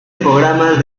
programas